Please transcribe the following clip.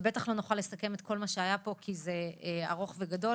בטח לא נוכל לסכם את כל מה שהיה פה כי זה ארוך וגדול,